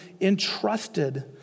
entrusted